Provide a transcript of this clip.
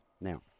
Now